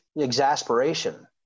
exasperation